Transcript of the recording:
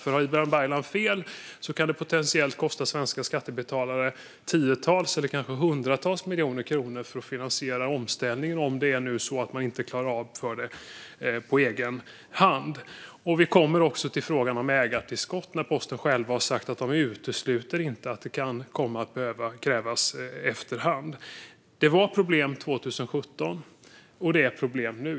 Om Ibrahim Baylan har fel kan det potentiellt kosta svenska skattebetalare tiotals eller kanske hundratals miljoner kronor för att finansiera omställningen, om Postnord inte klarar av det på egen hand - och Postnord har ju sagt att man inte utesluter att det kan krävas ägartillskott efter hand. Det var problem 2017, och det är problem nu.